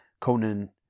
conan